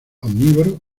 omnívoro